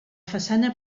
façana